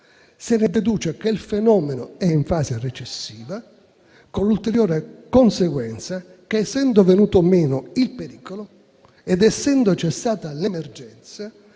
se ne deduce che il fenomeno sia in fase recessiva, con l'ulteriore conseguenza che, essendo venuto meno il pericolo ed essendo cessata l'emergenza,